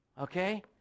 Okay